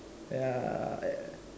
ya